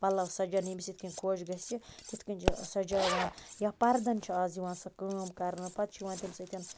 پَلَو سَجاونہٕ ییٚمِس یِتھ کنۍ خۄش گَژھِ تِتھ کنۍ چھ سَجاوان یا پَردَن چھِ آز یِوان سۄ کٲم کَرنہٕ پَتہٕ چھُ یِوان تمہِ سۭتۍ